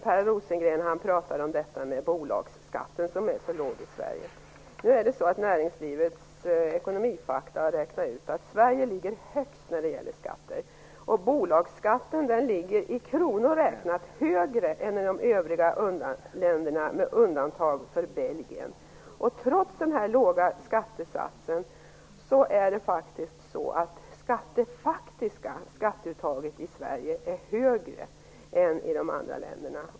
Per Rosengren pratar om att bolagsskatten är så låg i Sverige. Näringslivets Ekonomifakta har räknat ut att Sverige ligger högst när det gäller skatter. Bolagsskatten ligger i kronor räknat högre än i de övriga länderna med undantag för Belgien. Trots den här låga skattesatsen är det faktiska skatteuttaget i Sverige högre än i de andra länderna.